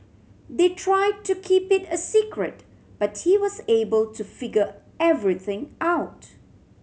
they tried to keep it a secret but he was able to figure everything out